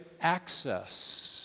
access